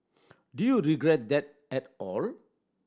do you regret that at all